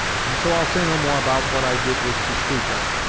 and so i'll say no more about what i did wish to speak of,